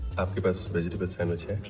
you but sell vegetable sandwiches?